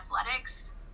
athletics